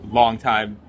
longtime